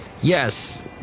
Yes